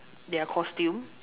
their costume